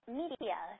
.media